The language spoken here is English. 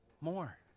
More